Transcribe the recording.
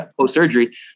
post-surgery